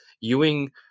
Ewing